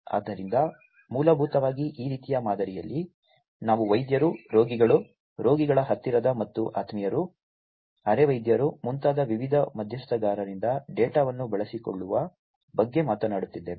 ಆದ್ದರಿಂದ ಮೂಲಭೂತವಾಗಿ ಈ ರೀತಿಯ ಮಾದರಿಯಲ್ಲಿ ನಾವು ವೈದ್ಯರು ರೋಗಿಗಳು ರೋಗಿಗಳ ಹತ್ತಿರದ ಮತ್ತು ಆತ್ಮೀಯರು ಅರೆವೈದ್ಯರು ಮುಂತಾದ ವಿವಿಧ ಮಧ್ಯಸ್ಥಗಾರರಿಂದ ಡೇಟಾವನ್ನು ಬಳಸಿಕೊಳ್ಳುವ ಬಗ್ಗೆ ಮಾತನಾಡುತ್ತಿದ್ದೇವೆ